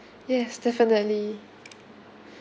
yes definitely